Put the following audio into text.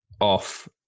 off